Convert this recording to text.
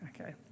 Okay